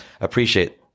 appreciate